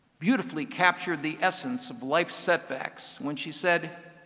beautifully captured the essence of life's setbacks when she said,